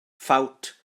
ffawt